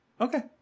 Okay